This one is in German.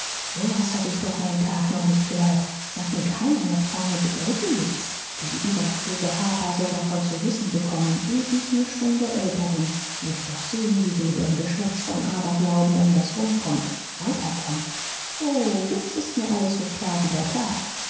so was hab ich doch mein tag noch nicht gehört sag mir keiner mehr träume bedeuten nichts die überkluge harper soll davon zu wissen bekommen eh ich ne stunde älter bin möcht doch sehen wie sie mit ihrem geschwätz von aberglauben um das rum kommt weiter tom o jetzt ist mir alles so klar wie der tag